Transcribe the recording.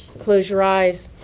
close your eyes.